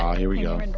here we um and